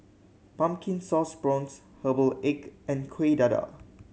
Pumpkin Sauce Prawns herbal egg and Kueh Dadar